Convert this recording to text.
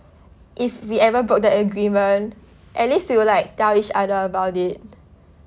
if we ever broke the agreement at least we'll like tell each other about it